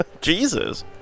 Jesus